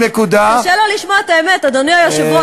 את כישלון דיפלומטי וגם שקרנית.